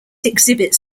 exhibits